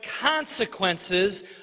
consequences